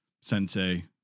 sensei